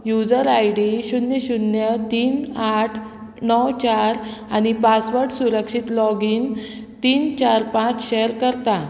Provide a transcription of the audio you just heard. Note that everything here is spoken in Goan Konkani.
युजर आयडी शुन्य शुन्य तीन आठ णव चार आनी पासवर्ड सुरक्षीत लॉगीन तीन चार पांच शेर करता